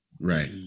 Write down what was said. Right